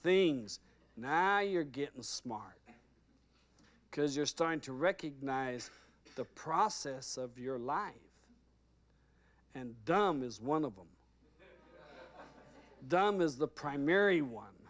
things now you're getting smart because you're starting to recognize the process of your life and dumb is one of them dumb as the primary one